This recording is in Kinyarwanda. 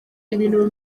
ibintu